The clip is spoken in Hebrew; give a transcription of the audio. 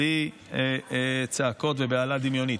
בלי צעקות ובהלה דמיונית.